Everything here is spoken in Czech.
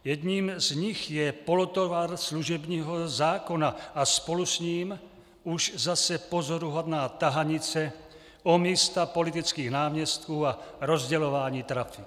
Jedním z nich je polotovar služebního zákona a spolu s ním už zase pozoruhodná tahanice o místa politických náměstků a rozdělování trafik.